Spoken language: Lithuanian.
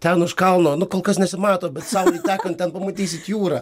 ten už kalno nu kol kas nesimato bet saulei tekant ten pamatysit jūrą